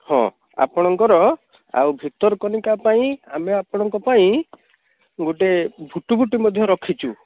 ହଁ ଆପଣଙ୍କର ଆଉ ଭିତରକନିକା ପାଇଁ ଆମେ ଆପଣଙ୍କ ପାଇଁ ଗୋଟେ ଭୁଟୁଭୁଟି ମଧ୍ୟ ରଖିଛୁ